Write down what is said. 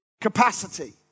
Capacity